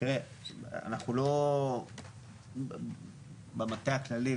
אנחנו לא במטה הכללי,